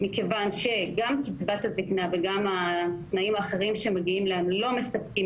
מכיוון שגם קצבת הזיקנה וגם התנאים האחרים שמגיעים להם לא מאפשרים